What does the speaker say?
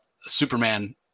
Superman